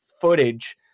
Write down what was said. footage